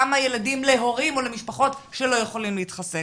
כמה ילדים להורים או למשפחות שלא יכולים להתחסן?